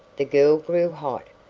the girl grew hot.